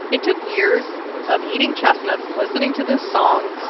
it took years of eating chestnuts, listening to this song,